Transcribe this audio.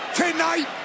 tonight